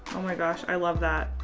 oh my gosh, i love that.